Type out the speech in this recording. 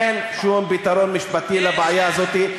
אין שום פתרון משפטי לבעיה הזאת.